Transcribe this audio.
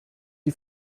die